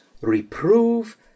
reprove